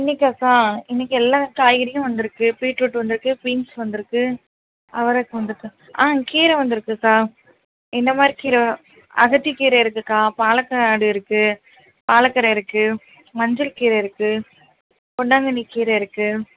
இன்றைக்காக்கா இன்னைக்கு எல்லா காய்கறியும் வந்திருக்கு பீட்ரூட் வந்திருக்கு பீன்ஸ் வந்திருக்கு அவரைக்கா வந்திருக்கு ஆ கீரை வந்திருக்குக்கா எந்தமாதிரி கீரை அகத்திக் கீரை இருக்குதுக்கா பாலக்காடு இருக்குது பாலக்கீரை இருக்குது மஞ்சள் கீரை இருக்குது பொன்னாங்கண்ணி கீரை இருக்குது